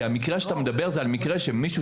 המקרה שאתה מדבר עליו הוא המקרה שמישהו